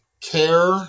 care